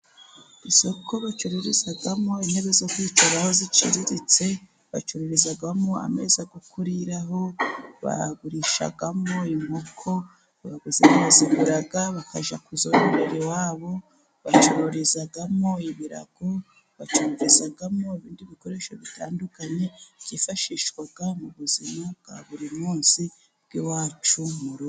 Isoko bacururirizamo intebe zo kwicaraho ziciriritse, bacururizamo ameza yokuriraho bagurishamo inkoko abaguzi baziguraga bakaja kuzorora iwabo, bacururizamo ibirago, bacururizamo ibindi bikoresho bitandukanye, byifashishwa mu buzima bwa buri munsi bw'iwacu mu rugo.